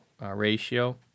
ratio